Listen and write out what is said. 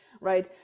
right